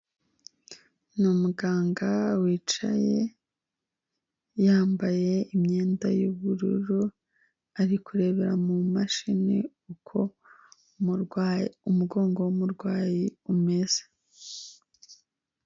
Ni umuganga wicaye yambaye imyenda y'ubururu ari kurebera mu mumashini uko umugongo w'umurwayi umeze.